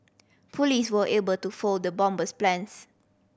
police were able to foil the bomber's plans